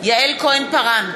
יעל כהן-פארן,